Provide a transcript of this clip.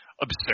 absurd